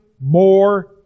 more